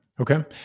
Okay